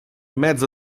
mezzo